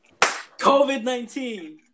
COVID-19